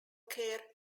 care